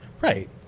Right